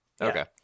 Okay